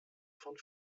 von